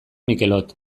mikelot